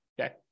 Okay